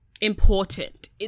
important